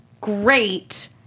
great